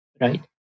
right